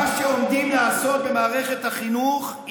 אבל מה שעומדים לעשות במערכת החינוך,